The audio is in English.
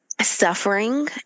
suffering